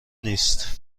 نیست